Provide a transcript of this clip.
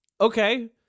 Okay